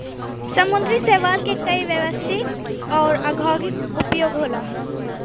समुंदरी शैवाल के कई व्यवसायिक आउर औद्योगिक उपयोग होला